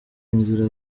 inzira